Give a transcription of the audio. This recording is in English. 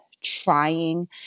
trying